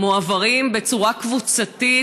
מועברים בצורה קבוצתית.